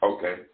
Okay